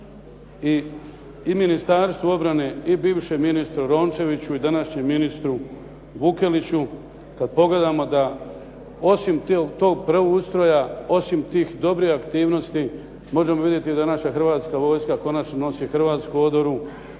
i Ministarstvu obrane i bivšem ministru Rončeviću i današnjem ministru Vukeliću, kad pogledamo da osim tog preustroja, osim tih dobrih aktivnosti možemo vidjeti da naša Hrvatska vojska konačno nosi hrvatsku odoru,